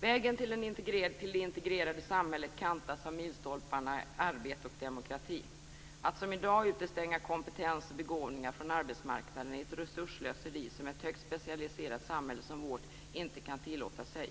Vägen till det integrerade samhället kantas av milstolparna arbete och demokrati. Att som i dag utestänga kompetens och begåvningar från arbetsmarknaden är ett resursslöseri som ett högt specialiserat samhälle som vårt inte kan tillåta sig.